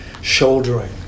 shouldering